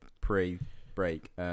pre-break